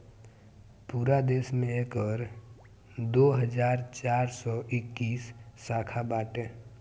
पूरा देस में एकर दो हज़ार चार सौ इक्कीस शाखा बाटे